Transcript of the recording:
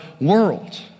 world